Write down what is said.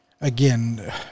again